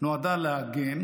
נועדה לעגן,